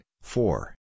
four